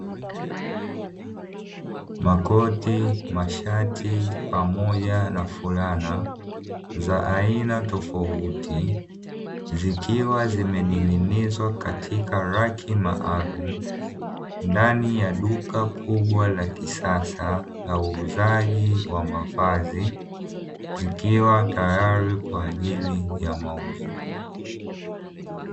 Makoti, mashati, pamoja na fulana za aina tofauti, zikiwa zimening'inizwa katika raki maalumu ndani ya duka kubwa la kisasa na uuzaji wa mavazi, zikiwa tayari kwa ajili ya mauzo.